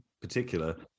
particular